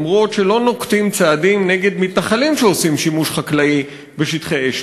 אומרות שלא נוקטים צעדים נגד מתנחלים שעושים שימוש חקלאי בשטחי אש,